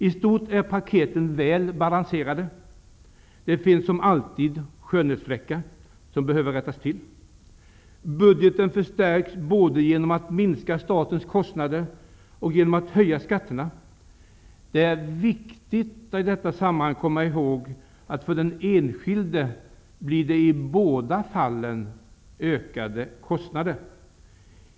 I stort är paketen väl balanserade. Det finns som alltid skönhetsfläckar som behöver rättas till. Budgeten förstärks både genom att statens kostnader minskas och genom att skatterna höjs. Det är viktigt att i detta sammanhang komma ihåg att för den enskilde blir det i båda fallen ökade kostnader.